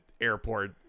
Airport